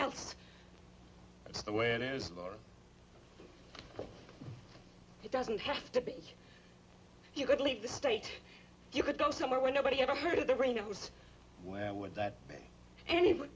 else that's the way it is it doesn't have to be you could leave the state you could go somewhere where nobody ever heard the rain it was where would that any